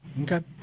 Okay